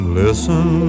listen